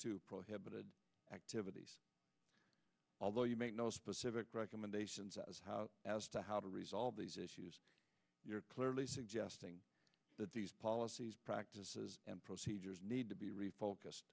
to prohibited activities although you make no specific recommendations as how as to how to resolve these issues you're clearly suggesting that these policies practices and procedures need to be refocus